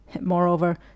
Moreover